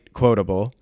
quotable